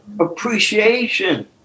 Appreciation